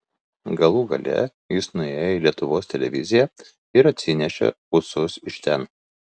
galų gale jis nuėjo į lietuvos televiziją ir atsinešė ūsus iš ten